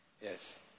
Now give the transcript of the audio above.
Yes